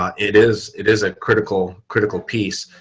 ah it is it is a critical, critical piece.